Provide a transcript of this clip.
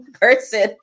person